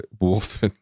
wolf